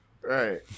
right